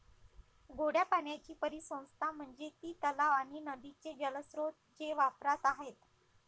गोड्या पाण्याची परिसंस्था म्हणजे ती तलाव आणि नदीचे जलस्रोत जे वापरात आहेत